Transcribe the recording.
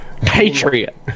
Patriot